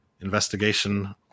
investigation